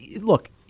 look